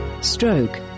Stroke